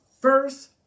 first